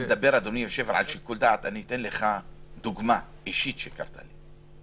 כשאני מדבר על שיקול דעת אני רוצה לתת לך דוגמה אישית שקרתה לי.